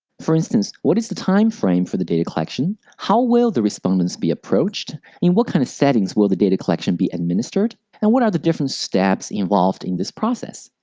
for instance, what is the time frame for the data collection? how will the respondents be approached? in what kind of settings will the data collection be administered? and what are the different steps involved in this process?